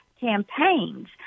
campaigns